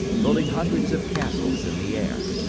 building hundreds of castles in the air.